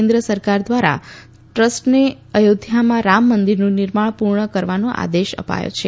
કેન્દ્ર સરકાર દ્વારા દ્રસ્ટને અયોધ્યામાં રામ મંદિરનું નિર્માણ પૂર્ણ કરવાનો આદેશ આપ્યો છે